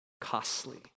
costly